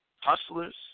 hustlers